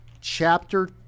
chapter